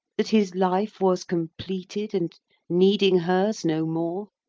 that his life was completed, and needing hers no more,